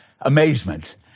amazement